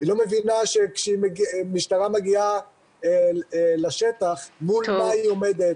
היא לא מבינה שכשהיא מגיעה לשטח מול מה היא עומדת